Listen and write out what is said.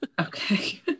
Okay